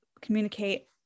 communicate